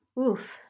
Oof